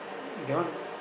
that one